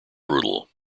brutal